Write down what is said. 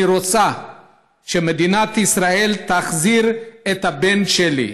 אני רוצה שמדינת ישראל תחזיר את הבן שלי.